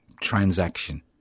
transaction